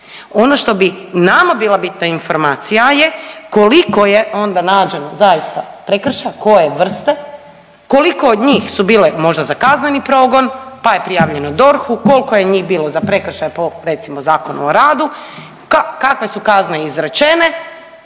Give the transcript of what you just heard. Ono što bi nama bila bitna informacija je koliko je onda nađeno zaista prekršaja koje vrste, koliko od njih su bile možda za kazneni progon pa je prijavljeno DORH-u, koliko je njih bilo za prekršaje po recimo Zakonu o radu, kakve su kazne izrečene